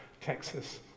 Texas